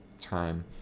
time